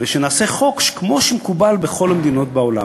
ושנעשה חוק כמו שמקובל בכל המדינות בעולם.